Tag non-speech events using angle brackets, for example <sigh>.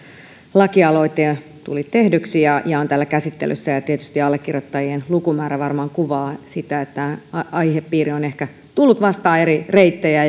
lakialoite tuli tehdyksi ja ja on täällä käsittelyssä allekirjoittajien lukumäärä varmaan kuvaa sitä että aihepiiri on ehkä tullut vastaan eri reittejä <unintelligible>